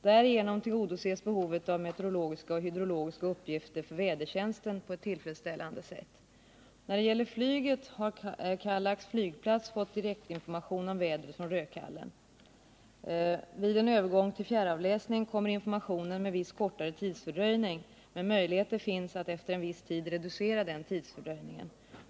Därigenom tillgodoses behovet av meteorologiska och hydrologiska uppgifter för vädertjänsten på ett tillfredsställande sätt. När det gäller flyget har Kallax flygplats fått direktinformation om vädret från Rödkallen. Vid en övergång till fjärravläsning kommer informationen med viss kortare tidsfördröjning, men möjligheter finns att efter en viss tid reducera den fördröjningen.